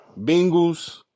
Bengals